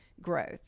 growth